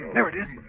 there it is.